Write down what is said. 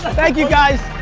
thank you guys.